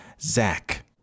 Zach